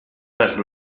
per